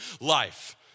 life